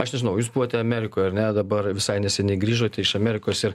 aš nežinau jūs buvote amerikoje ar ne dabar visai neseniai grįžote iš amerikos ir